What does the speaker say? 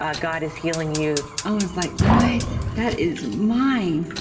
ah god is healing you. i was like, what? that is mine.